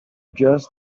just